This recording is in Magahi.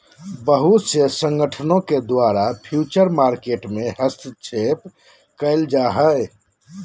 बहुत से संगठनों के द्वारा फ्यूचर मार्केट में हस्तक्षेप क़इल जा हइ